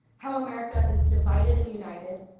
how america is divided and united,